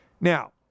Now